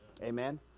Amen